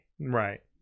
Right